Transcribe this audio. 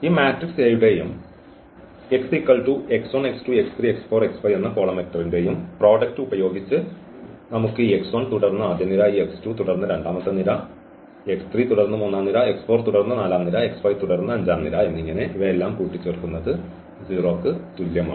ഈ matrix A യുടെയും x ൻറെയും പ്രോഡക്റ്റ് ഉപയോഗിച്ച് നമുക്ക് ഈ തുടർന്ന് ആദ്യ നിര ഈ തുടർന്ന് രണ്ടാമത്തെ നിര തുടർന്ന് മൂന്നാം നിര തുടർന്ന് നാലാം നിര തുടർന്ന് അഞ്ചാം നിര എന്നിങ്ങനെ ഇവയെല്ലാം കൂട്ടിച്ചേർക്കുന്നത് 0 ന് തുല്യമാണ്